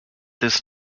this